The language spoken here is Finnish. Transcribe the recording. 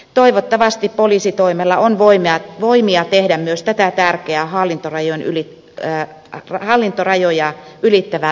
toivottavasti poliisitoimella on voimia tehdä myös tätä tärkeää hallintorajoja ylittävää yhteistyötä